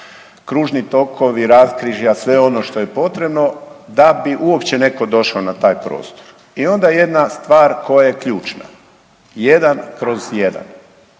kružni tokovi, raskrižja sve ono što je potrebno da bi uopće netko došao na taj prostor. I onda jedna stvar koja je ključna, 1/1, vlasništvo